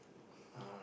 uh